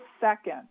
second